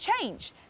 change